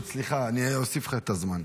סליחה, אני אוסיף לך את הזמן.